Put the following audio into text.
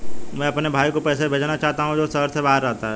मैं अपने भाई को पैसे भेजना चाहता हूँ जो शहर से बाहर रहता है